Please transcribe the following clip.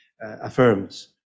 affirms